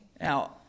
Now